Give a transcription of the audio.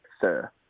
Sir